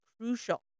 crucial